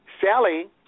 Sally